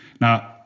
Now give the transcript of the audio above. Now